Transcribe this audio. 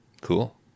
Cool